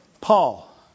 Paul